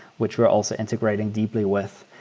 which we're also integrating deeply with.